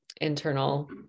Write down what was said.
internal